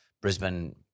Brisbane